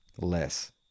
Less